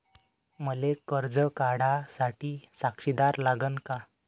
मले कर्ज काढा साठी साक्षीदार लागन का?